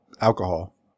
alcohol